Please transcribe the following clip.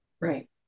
Right